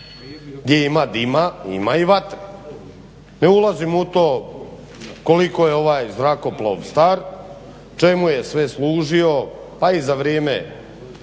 gdje ima dima, ima i vatre. Ne ulazim u to koliko je ovaj zrakoplov star, čemu je sve služio pa i za vrijeme